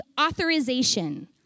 authorization